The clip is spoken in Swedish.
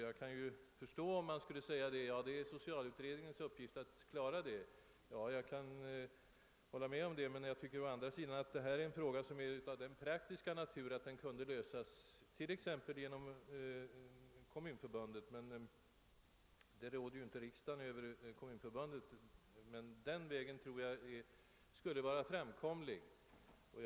Jag kan förstå om man säger att det är socialutredningens uppgift att klara den saken, men jag tycker å andra sidan att denna fråga är av den praktiska art, att den borde kunna lösas snabbare än genom utredningen — t.ex. genom Kommunförbundets medverkan. Riksdagen råder ju inte över Kommunförbundet. Den vägen tror jag ändå skulle vara praktiskt framkomlig.